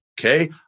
Okay